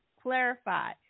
clarify